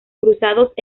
cruzados